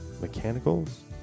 mechanicals